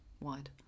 wide